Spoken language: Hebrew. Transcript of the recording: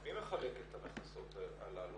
מי מחלק את המכסות הללו?